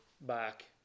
back